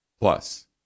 plus